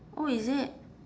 oh is it